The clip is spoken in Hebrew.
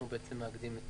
אנחנו בעצם מאגדים את